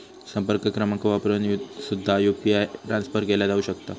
संपर्क क्रमांक वापरून सुद्धा यू.पी.आय ट्रान्सफर केला जाऊ शकता